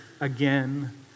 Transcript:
again